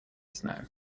snow